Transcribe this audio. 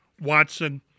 Watson